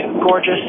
gorgeous